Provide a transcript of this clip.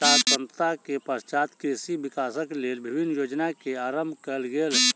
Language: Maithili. स्वतंत्रता के पश्चात कृषि विकासक लेल विभिन्न योजना के आरम्भ कयल गेल